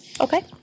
Okay